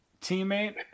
teammate